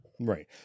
Right